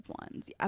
ones